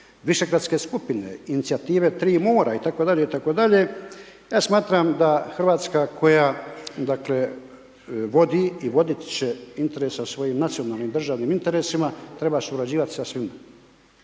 višegradske skupine, inicijative 3 mora itd., itd., ja smatram da Hrvatska koja dakle vodi i vodit će interese o svojim nacionalnim državnim interesima treba surađivati sa svima.